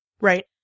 Right